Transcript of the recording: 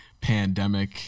pandemic